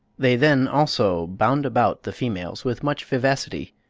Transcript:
they then also bound about the females with much vivacity,